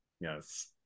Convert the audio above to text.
Yes